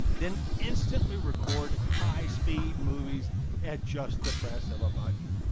then instantly record high speed movies at just the press of a button.